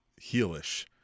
heelish